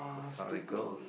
looks how it goes